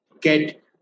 get